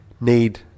need